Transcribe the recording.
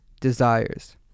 desires